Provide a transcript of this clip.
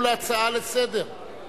תסכימו להצעה לסדר-היום.